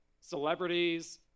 celebrities